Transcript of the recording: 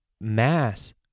Mass